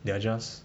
they are just